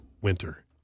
winter